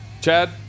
Chad